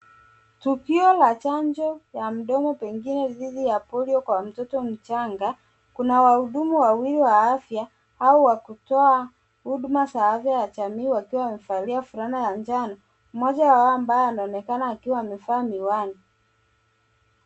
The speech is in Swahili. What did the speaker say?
Tukio la chanjo ya mdomo pengine dhidi ya polio kwa mtoto mchanga, kuna wahudumu wawili wa afya au wa kutoa huduma za afya ya jamii wakiwa wamekalia fulana ya njano, moja ya wao ambaye anaonekana akiwa amevaa miwani.